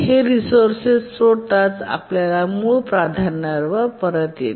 हे रिसोर्सेस सोडताच ते आपल्या मूळ प्राधान्यावर परत येते